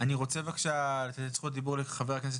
אני רוצה בבקשה לתת את זכות הדיבור לחבר הכנסת